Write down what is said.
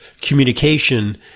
communication